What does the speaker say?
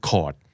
Court